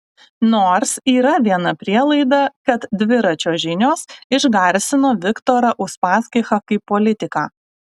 nors yra viena prielaida kad dviračio žinios išgarsino viktorą uspaskichą kaip politiką